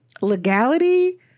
legality